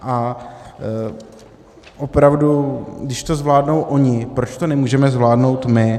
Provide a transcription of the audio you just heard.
A opravdu když to zvládnou oni, proč to nemůžeme zvládnout my?